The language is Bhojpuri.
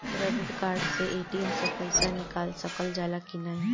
क्रेडिट कार्ड से ए.टी.एम से पइसा निकाल सकल जाला की नाहीं?